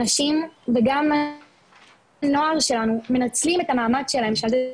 אנשים וגם הנוער שלנו מנצלים את המעמד שלהם,